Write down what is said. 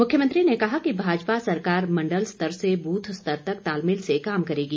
मुख्यमंत्री ने कहा कि भाजपा सरकार मंडलस्तर से बूथ स्तर तक तालमेल से काम करेगी